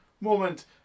moment